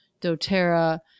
doTERRA